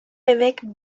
évêque